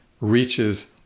reaches